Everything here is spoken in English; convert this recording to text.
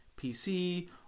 pc